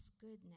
goodness